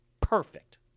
perfect